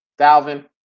Dalvin